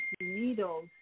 needles